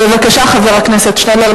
בבקשה, חבר הכנסת שנלר.